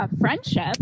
friendship